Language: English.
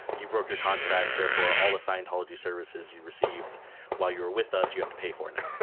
you broke your contract, therefore all scientology services you received while you were with us, you have to pay for. and